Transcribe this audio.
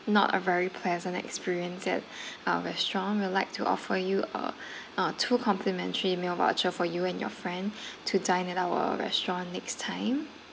not a very pleasant experience at our restaurant we'd like to offer you a uh two complimentary meal voucher for you and your friend to dine at our restaurant next time